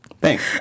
Thanks